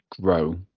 grow